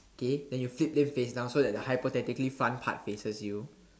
K then you flip them face down so that the hypothetically front part faces you